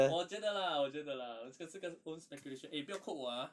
我觉得啦我觉得啦这个是个 own speculation eh 不要 quote 我啊